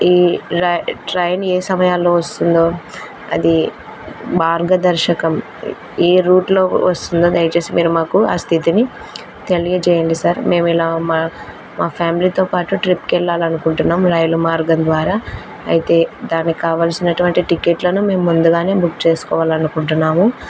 ఈ ట్రైన్ ఏ సమయాల్లో వస్తుందో అది మార్గదర్శకం ఏ రూట్లో వస్తుందో దయచేసి మీరు మాకు ఆ స్థితిని తెలియజేయండి సార్ మేము ఇలా మా ఫ్యామిలీతో పాటు ట్రిప్కి వెళ్ళాలనుకుంటున్నాం రైలు మార్గం ద్వారా అయితే దానికి కావాల్సినటువంటి టికెట్లను మేము ముందుగానే బుక్ చేసుకోవాలి అనుకుంటున్నాము